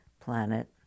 planet